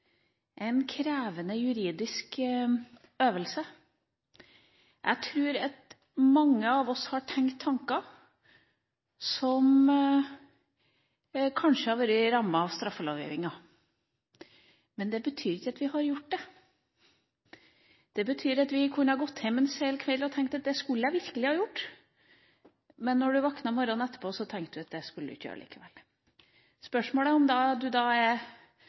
en krevende juridisk øvelse. Jeg tror mange av oss har tenkt tanker som kanskje kunne vært rammet av straffelovgivninga, men det betyr ikke at vi har gjort det. Det betyr at vi kan ha gått hjem en sen kveld og tenkt at dette skulle jeg virkelig ha gjort, men da du våknet morgenen etterpå, tenkte du at det skulle du ikke gjøre likevel. Spørsmålet er da om du